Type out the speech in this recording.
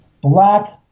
black